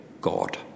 God